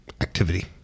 activity